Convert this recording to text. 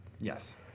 Yes